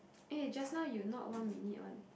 eh just now you not one minute [one]